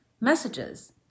messages